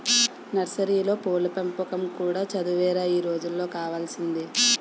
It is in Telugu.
నర్సరీలో పూల పెంపకం కూడా చదువేరా ఈ రోజుల్లో కావాల్సింది